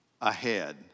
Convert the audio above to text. ahead